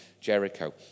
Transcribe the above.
Jericho